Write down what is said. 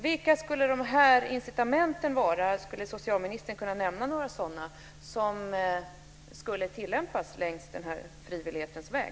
Vilka är dessa incitament? Jag undrar som socialministern kan nämna några sådana som skulle kunna användas längs frivillighetens väg.